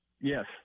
Yes